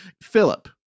philip